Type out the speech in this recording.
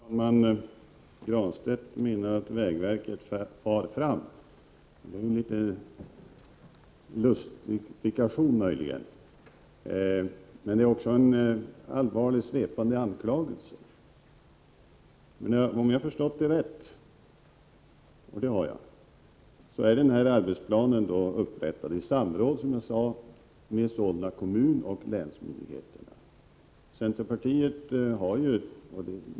Herr talman! Pär Granstedt menar att vägverket far fram. Det är möjligen en lustifikation. Men det är också en allvarlig, svepande anklagelse. Om jag har förstått Pär Granstedt rätt — och det har jag — så är arbetsplanen upprättad i samråd med Solna kommun och länsmyndigheterna, som sagt.